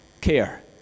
care